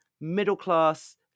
middle-class